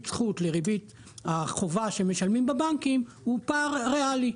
זכות לריבית החובה שמשלמים בבנקים הוא פער ריאלי?